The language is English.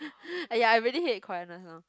!aiya! I really hate quietness now